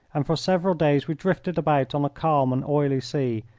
and for several days we drifted about on a calm and oily sea,